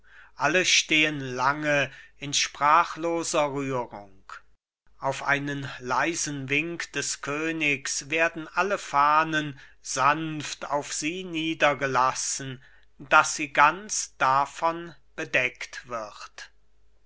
alle stehen lange in sprachloser rührung auf einen leisen wink des königs werden alle fahnen sanft auf sie niedergelassen daß sie ganz davon bedeckt wird